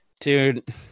Dude